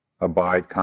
abide